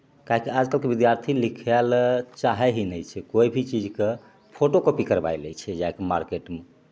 काहे कि आजकलके विद्यार्थी लिखैले चाहै ही नहि छै कोई भी चीजके फोटोकॉपी करबै लै छै जाके मारकेटमे